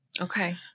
Okay